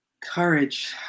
Courage